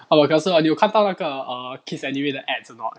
no but 可是 hor 你有看到那个 err kiss anime the ads or not